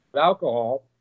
alcohol